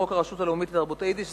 חוק הרשות הלאומית לתרבות היידיש,